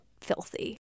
filthy